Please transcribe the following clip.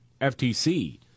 FTC